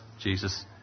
Jesus